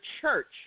church